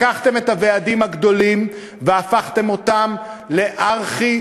לקחתם את הוועדים הגדולים והפכתם אותם לארכי-פושעים.